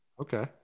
Okay